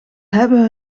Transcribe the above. hebben